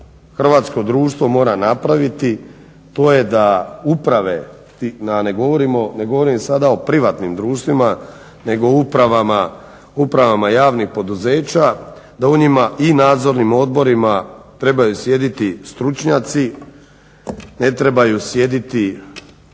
hrvatsko društvo mora napraviti to je da uprave, ne govorim sada o privatnim društvima, nego o upravama javnih poduzeća da u njima i nadzornim odborima trebaju sjediti stručnjaci, ne trebaju sjediti